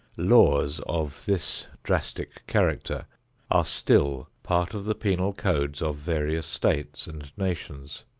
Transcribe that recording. laws of this drastic character are still part of the penal codes of various states and nations,